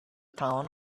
town